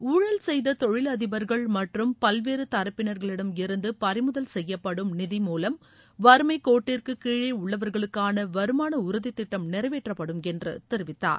ஊழல் செய்த தொழில் அதிபர்கள் மற்றும் பல்வேறு தரப்பினர்களிடமிருந்து பறிமுதல் செய்யப்படும் நிதி மூலம் வறுமை கோட்டிற்கு கீழே உள்ளவர்களுக்கான வருமான உறுதித் திட்டம் நிறைவேற்றப்படும் என்று தெரிவித்தார்